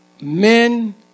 men